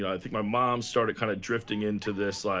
yeah i think my mom started kind of drifting into this, like,